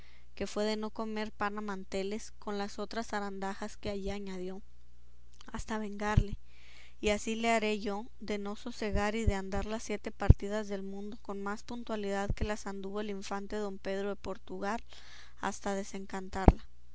que fue de no comer pan a manteles con las otras zarandajas que allí añadió hasta vengarle y así le haré yo de no sosegar y de andar las siete partidas del mundo con más puntualidad que las anduvo el infante don pedro de portugal hasta